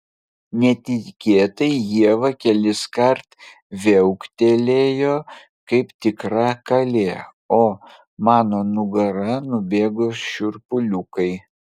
netikėtai ieva keliskart viauktelėjo kaip tikra kalė o mano nugara nubėgo šiurpuliukai